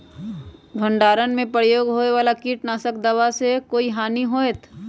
भंडारण में प्रयोग होए वाला किट नाशक दवा से कोई हानियों होतै?